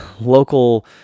local